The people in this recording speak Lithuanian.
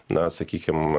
na sakykim